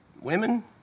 women